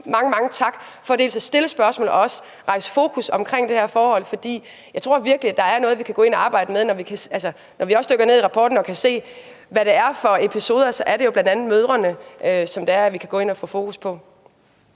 mange, mange tak for dels at stille spørgsmålet, dels at sætte fokus på det her forhold. For jeg tror virkelig, der er noget, vi kan gå ind og arbejde med. Når vi også ved at dykke ned i rapporten kan se, hvad det er for episoder, det handler om, så er det jo bl.a. mødrene, som vi kan gå ind og sætte fokus på.